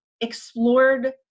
explored